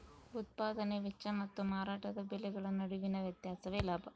ಉತ್ಪದಾನೆ ವೆಚ್ಚ ಮತ್ತು ಮಾರಾಟದ ಬೆಲೆಗಳ ನಡುವಿನ ವ್ಯತ್ಯಾಸವೇ ಲಾಭ